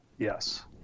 Yes